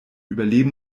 überleben